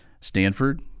Stanford